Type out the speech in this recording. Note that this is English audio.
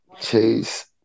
chase